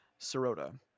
Sirota